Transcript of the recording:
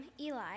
Eli